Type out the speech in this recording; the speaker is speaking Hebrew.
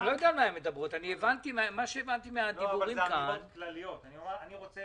אלה אמירות כלליות, אני רוצה